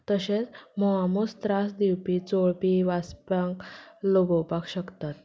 तशेंच म्होंवामूस त्रास दिवपी चोळपी वाचप्यांक लोगोवपाक शकतात